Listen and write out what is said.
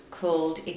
called